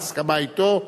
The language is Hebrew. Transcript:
בהסכמה אתו,